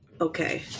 okay